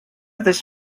this